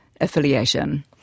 affiliation